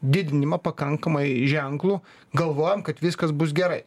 didinimą pakankamai ženklų galvojam kad viskas bus gerai